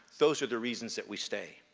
those are the reasons that we stay.